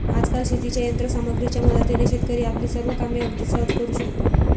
आजकाल शेतीच्या यंत्र सामग्रीच्या मदतीने शेतकरी आपली सर्व कामे अगदी सहज करू शकतो